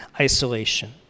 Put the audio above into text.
isolation